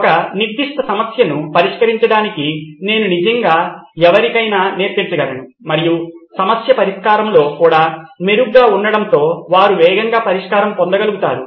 ఒక నిర్దిష్ట సమస్యను పరిష్కరించడానికి నేను నిజంగా ఎవరికైనా నేర్పించగలను మరియు సమస్య పరిష్కారంలో కూడా మెరుగ్గా ఉండటంతో వారు వేగంగా పరిష్కారం పొందగలుగుతారు